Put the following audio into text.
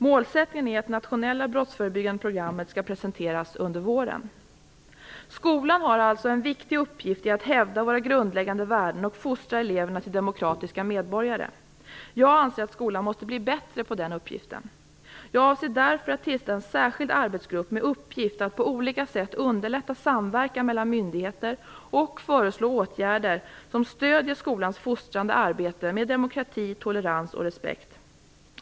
Målsättningen är att det nationella brottsförebyggande programmet skall presenteras under våren. Skolan har alltså en viktig uppgift i att hävda våra grundläggande värden och fostra eleverna till demokratiska medborgare. Jag anser att skolan måste bli bättre på den uppgiften. Jag avser därför att tillsätta en särskild arbetsgrupp med uppgift att på olika sätt underlätta samverkan mellan myndigheter och föreslå åtgärder som stöder skolans fostrande arbete med demokrati, tolerans och respekt.